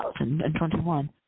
2021